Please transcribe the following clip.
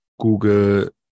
Google